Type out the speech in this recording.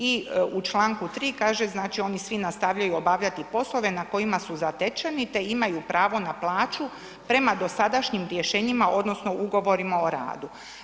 I u Članku 3. kaže, znači oni svi nastavljaju obavljati poslove na kojima su zatečeni te imaju pravo na plaću prema dosadašnjim rješenjima odnosno ugovorima o radu.